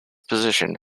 position